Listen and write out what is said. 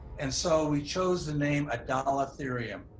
and so we chose the name, adalatherium.